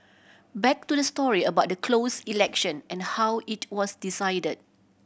back to the story about the closed election and how it was decided